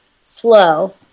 slow